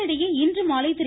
இதனிடையே இன்றுமாலை திரு